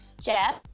Jeff